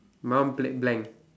my one blan~blank